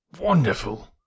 Wonderful